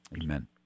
amen